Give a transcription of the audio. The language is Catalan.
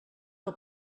que